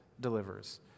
delivers